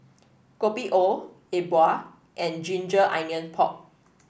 Kopi O E Bua and ginger onion pork